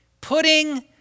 putting